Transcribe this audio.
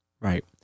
Right